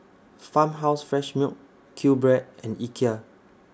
Farmhouse Fresh Milk QBread and Ikea